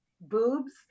boobs